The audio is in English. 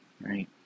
right